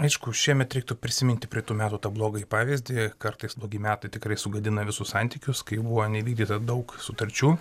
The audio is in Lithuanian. aišku šiemet reiktų prisiminti praeitų metų tą blogąjį pavyzdį kartais blogi metai tikrai sugadina visus santykius kai buvo neįvykdyta daug sutarčių